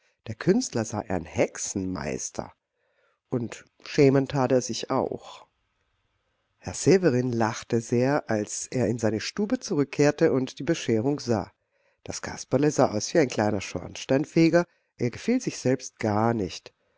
der künstler sei ein hexenmeister und schämen tat er sich auch herr severin lachte sehr als er in seine stube zurückkehrte und die bescherung sah das kasperle sah aus wie ein kleiner schornsteinfeger er gefiel sich selbst gar nicht